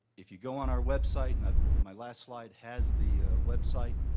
if you go on our website and my last slide has the website,